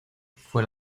fue